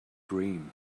dream